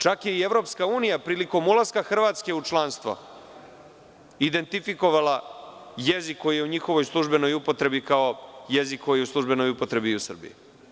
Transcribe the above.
Čak je i EU, prilikom ulaska Hrvatske u članstvo, identifikovala jezik koji je u njihovoj službenoj upotrebi kao jezik koji je u službenoj upotrebi i u Srbiji.